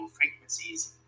frequencies